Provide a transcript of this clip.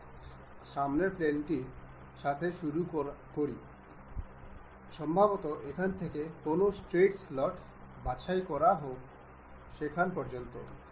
আমরা এই নাট এবং বোল্টটিও মুছে ফেলব